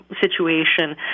situation